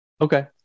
Okay